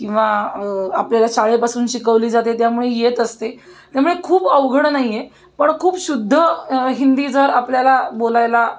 किंवा आपल्याला शाळेपासून शिकवली जाते त्यामुळे येत असते त्यामुळे खूप अवघड नाही आहे पण खूप शुद्ध हिंदी जर आपल्याला बोलायला